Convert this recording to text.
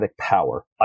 power